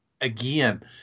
Again